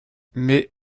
mais